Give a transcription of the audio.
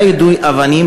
3. אם היה יידוי אבנים,